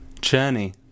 journey